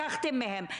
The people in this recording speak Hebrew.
לקחתם מהם.